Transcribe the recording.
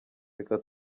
reka